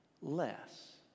less